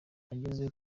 agezeyo